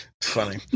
funny